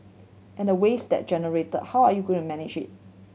and the waste that generate how are you going manage it